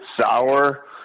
sour